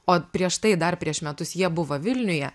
o prieš tai dar prieš metus jie buvo vilniuje